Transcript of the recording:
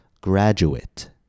graduate